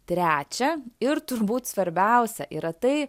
trečia ir turbūt svarbiausia yra tai